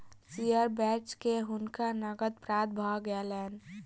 share बेच के हुनका नकद प्राप्त भ गेलैन